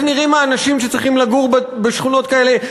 נראים האנשים שצריכים לגור בשכונות כאלה,